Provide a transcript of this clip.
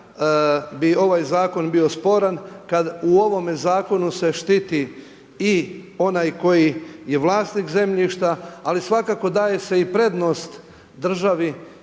bi ovaj zakon bio sporan kad u ovome zakonu se štiti i onaj koji je vlasnik zemljišta, ali svakako daje se i prednost državi